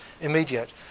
immediate